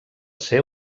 ser